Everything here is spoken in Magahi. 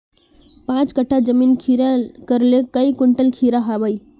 पाँच कट्ठा जमीन खीरा करले काई कुंटल खीरा हाँ बई?